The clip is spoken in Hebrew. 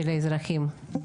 של האזרחים.